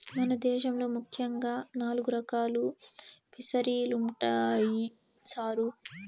మన దేశంలో ముఖ్యంగా నాలుగు రకాలు ఫిసరీలుండాయి సారు